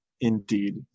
Indeed